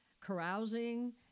carousing